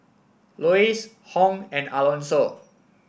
Lois Hung and Alonso